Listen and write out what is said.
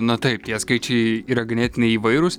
na taip tie skaičiai yra ganėtinai įvairūs